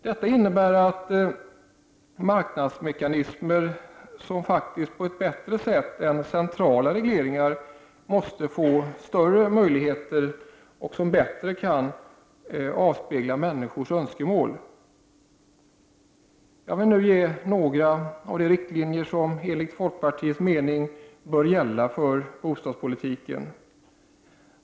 Detta innebär att marknadsmekanismerna, på ett bättre sätt än centrala regleringar, får avspegla människors önskemål. Jag vill nu ange några av de riktlinjer som enligt folkpartiets mening bör gälla för bostadspolitiken.